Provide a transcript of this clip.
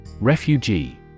Refugee